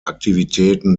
aktivitäten